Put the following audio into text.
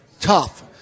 Tough